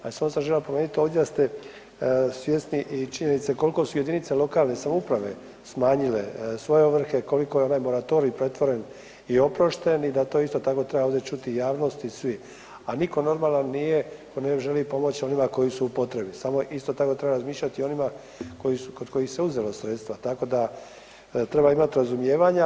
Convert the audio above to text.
A samo sam želio napomenuti ovdje da ste svjesni i činjenice koliko su jedinice lokalne samouprave smanjile svoje ovrhe, koliko je onaj moratorij pretvoren i oprošten i da to isto tako treba ovdje čuti javnost i svi. a niko normalan nije ko ne želi pomoći onima koji su u potrebi, samo isto tako treba razmišljati i onima kod kojih su se uzela sredstva, tako da treba imati razumijevanja.